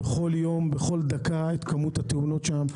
בכל יום ובכל דקה את כמות התאונות שם,